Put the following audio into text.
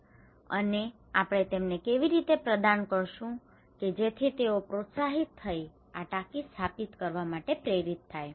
અને અને આપણે તેમને કેવી રીતે પ્રદાન કરશું કે જેથી તેઓ પ્રોત્સાહિત થઈને આ ટાંકી સ્થાપિત કરવા માટે પ્રેરિત થાય